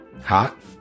Hot